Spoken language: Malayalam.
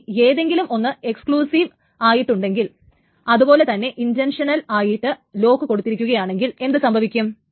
ഇനി ഏതെങ്കിലും ഒന്ന് എക്സ്കുളൂസീവ് ആയിട്ടുണ്ടെങ്കിൽ അതുപോലെ തന്നെ ഇൻന്റൻഷണൽ ആയിട്ട് ലോക്ക് കൊടുത്തിരിക്കുകയാണെങ്കിൽ എന്തു സംഭവിക്കും